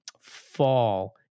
fall